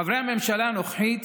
חברי הממשלה הנוכחית